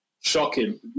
Shocking